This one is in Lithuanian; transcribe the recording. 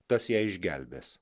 tas ją išgelbės